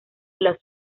los